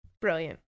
Brilliant